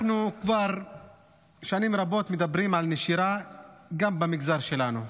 אנחנו כבר שנים רבות מדברים על נשירה גם במגזר שלנו.